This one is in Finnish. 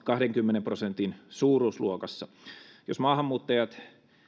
kahdenkymmenen prosentin suuruusluokassa jos maahanmuuttajat